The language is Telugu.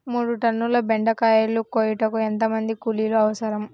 మూడు టన్నుల బెండకాయలు కోయుటకు ఎంత మంది కూలీలు అవసరం?